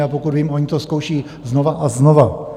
A pokud vím, oni to zkouší znova a znova.